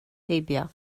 heibio